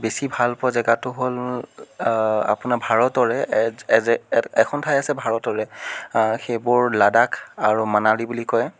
বেছি ভাল পোৱা জেগাটো হ'ল আপোনাৰ ভাৰতৰে এখন ঠাই আছে ভাৰতৰে সেইবোৰ লাডাখ আৰু মানালী বুলি কয়